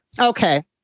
okay